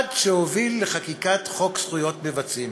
עד שהוביל לחקיקת חוק זכויות מבצעים.